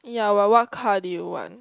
ya what what car do you want